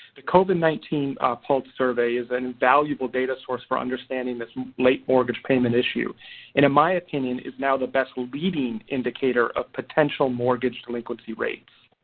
the covid nineteen pulse survey is an invaluable data source for understanding this late mortgage payment issue. and in my opinion is now the best leading indicator of potential mortgage delinquency rates.